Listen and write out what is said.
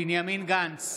בנימין גנץ,